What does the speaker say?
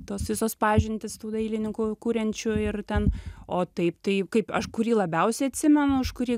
tos visos pažintys tų dailininkų kuriančių ir ten o taip tai kaip aš kurį labiausiai atsimenu už kurį